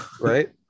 right